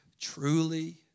truly